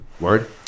Word